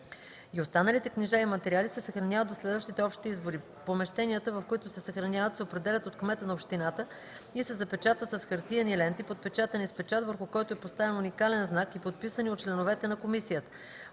и останалите книжа и материали се съхраняват до следващите общи избори. Помещенията, в които се съхраняват, се определят от кмета на общината и се запечатват с хартиени ленти, подпечатани с печат, върху който е поставен уникален знак, и подписани от членовете на комисията.